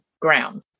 ground